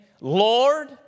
Lord